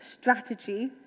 strategy